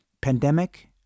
pandemic